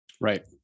Right